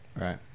Right